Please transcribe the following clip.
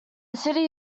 city